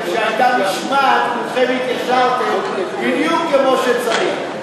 כשהייתה משמעת כולכם התיישרתם בדיוק כמו שצריך.